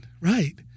Right